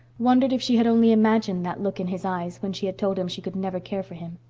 wondered if she had only imagined that look in his eyes when she had told him she could never care for him.